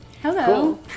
Hello